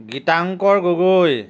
Gitankar Gogoi